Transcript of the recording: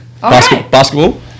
basketball